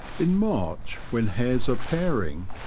in march, when hares are pairing,